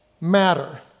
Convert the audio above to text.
matter